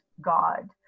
God